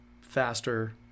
faster